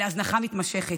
להזנחה מתמשכת.